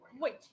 Wait